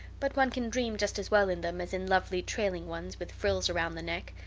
but one can dream just as well in them as in lovely trailing ones, with frills around the neck,